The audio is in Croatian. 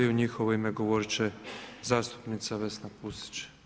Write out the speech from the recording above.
U njihovo ime govorit će zastupnica Vesna Pusić.